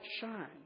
shine